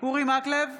אורי מקלב,